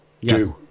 Yes